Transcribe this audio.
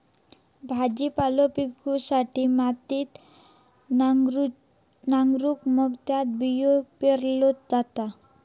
भाजीपालो पिकवूसाठी मातीत नांगरून मग त्यात बियो पेरल्यो जातत